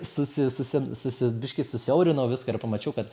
susi susi susi biškį susiaurinau viską ir pamačiau kad